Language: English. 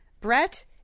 Brett